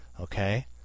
okay